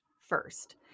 first